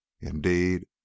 Indeed